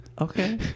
Okay